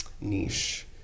niche